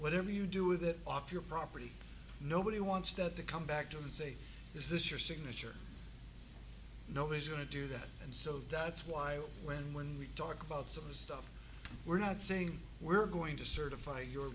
whatever you do with it off your property nobody wants that to come back to you and say is this your signature no vision to do that and so that's why when when we talk about some of the stuff we're not saying we're going to certify your